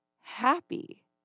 happy